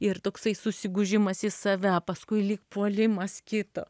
ir toksai susigūžimas į save paskui lyg puolimas kito